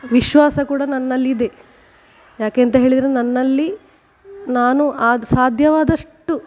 ವಿಶ್ವಾಸ ಕೂಡ ನನ್ನಲ್ಲಿದೆ ಯಾಕೆ ಅಂತ ಹೇಳಿದರೆ ನನ್ನಲ್ಲಿ ನಾನು ಆದ ಸಾಧ್ಯವಾದಷ್ಟು